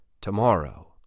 Tomorrow